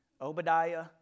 Obadiah